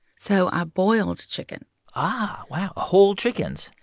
so i boiled chicken ah wow. whole chickens?